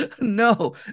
No